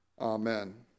Amen